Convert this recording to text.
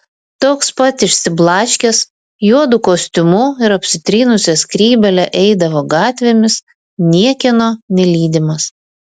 toks pat išsiblaškęs juodu kostiumu ir apsitrynusia skrybėle eidavo gatvėmis niekieno nelydimas